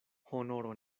honoro